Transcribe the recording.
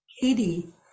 Katie